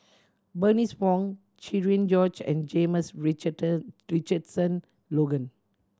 Bernice Wong Cherian George and James Richardson Logan